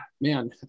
man